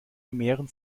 mehren